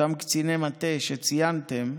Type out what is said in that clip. אותם קציני מטה שציינתם,